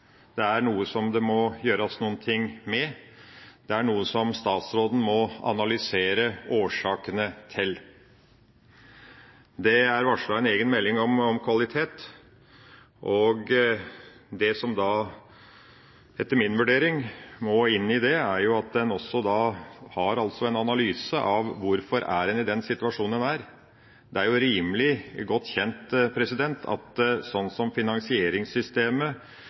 det er noe som det må gjøres noe med, og det er noe som statsråden må analysere årsakene til. Det er varslet en egen melding om kvalitet, og det som da etter min vurdering må inn i den, er også en analyse av hvorfor en er i den situasjonen en er. Det er rimelig godt kjent at sånn som finansieringssystemet